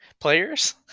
players